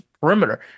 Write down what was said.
perimeter